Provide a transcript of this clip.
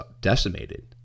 decimated